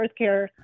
Earthcare